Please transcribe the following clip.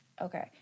Okay